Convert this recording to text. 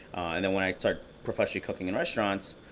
and then when i started professionally cooking in restaurants,